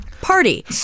party